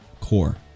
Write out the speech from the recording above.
core